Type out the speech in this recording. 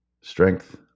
Strength